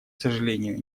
сожалению